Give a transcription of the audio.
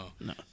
No